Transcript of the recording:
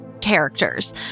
characters